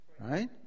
Right